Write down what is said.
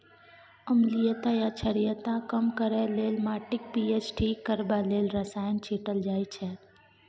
अम्लीयता या क्षारीयता कम करय लेल, माटिक पी.एच ठीक करबा लेल रसायन छीटल जाइ छै